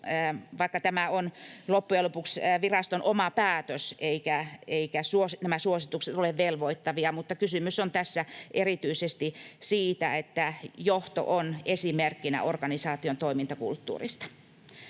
vaikka tämä on loppujen lopuksi viraston oma päätös eivätkä nämä suositukset ole velvoittavia, mutta kysymys on tässä erityisesti siitä, että johto on esimerkkinä organisaation toimintakulttuurille.